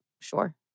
Sure